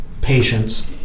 patience